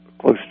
close